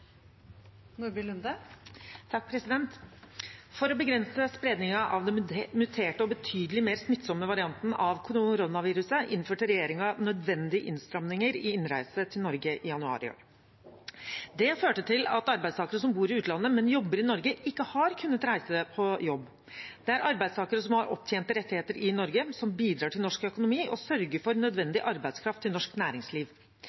For å begrense spredningen av den muterte og betydelig mer smittsomme varianten av koronaviruset innførte regjeringen nødvendige innstramninger i innreise til Norge i januar i år. Det førte til at arbeidstakere som bor i utlandet, men jobber i Norge, ikke har kunnet reise på jobb. Det er arbeidstakere som har opptjente rettigheter i Norge, som bidrar til norsk økonomi og sørger for